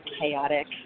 chaotic